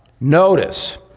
Notice